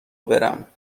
برم